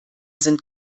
sind